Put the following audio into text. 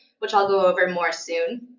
which i'll go over more soon.